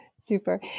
Super